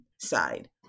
side